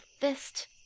fist